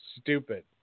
stupid